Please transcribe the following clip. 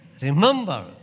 remember